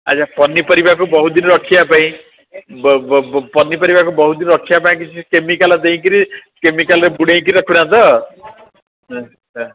ଆଚ୍ଛା ପନିପରିବାକୁ ବହୁତ ଦିନ ରଖିବାପାଇଁ ପନିପରିବାକୁ ବହୁତଦିନ ରଖିବାପାଇଁ କିଛି କେମିକାଲ୍ ଦେଇକିରି କେମିକାଲ୍ରେ ବୁଡ଼େଇକି ରଖୁନ ତ